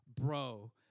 Bro